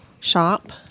shop